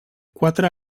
quatre